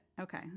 Okay